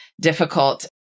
difficult